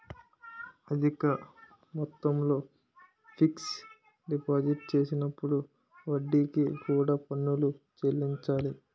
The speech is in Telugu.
అధిక మొత్తంలో ఫిక్స్ డిపాజిట్లు చేసినప్పుడు వడ్డీకి కూడా పన్నులు చెల్లించాలి